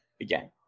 again